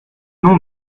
nom